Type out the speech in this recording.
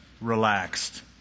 relaxed